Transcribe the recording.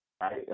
right